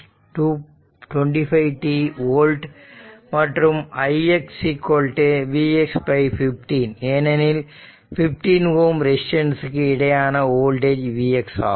5t volt மற்றும் ix vx15 ஏனெனில் 15 ohm ரெசிஸ்டன்ஸ்க்கு இடையேயான வோல்டேஜ் vx ஆகும்